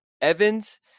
Evans